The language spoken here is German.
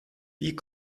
wie